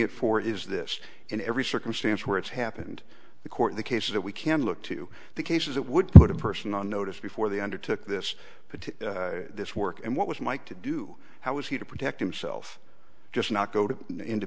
it for is this in every circumstance where it's happened the court the cases that we can look to the cases that would put a person on notice before they undertook this but this work and what was mike to do how was he to protect himself just not go to into